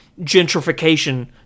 gentrification